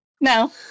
No